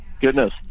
Goodness